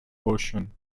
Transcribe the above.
ocean